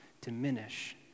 diminish